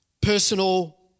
personal